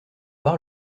bar